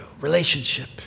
Relationship